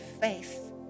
faith